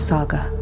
Saga